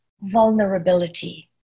vulnerability